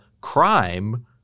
crime